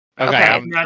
Okay